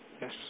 Yes